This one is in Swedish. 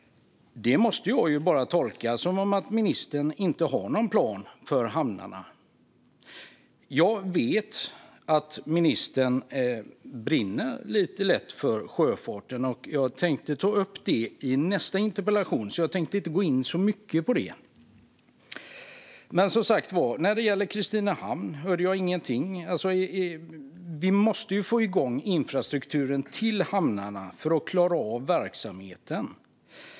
Detta måste jag tolka som att ministern inte har någon plan för hamnarna. Jag vet att ministern brinner lite lätt för sjöfarten, och jag ska ta upp det i nästa interpellationsdebatt och tänkte därför inte gå in så mycket på det nu. När det gäller Kristinehamn hörde jag ingenting, men vi måste få igång infrastrukturen till hamnarna för att klara av verksamheten.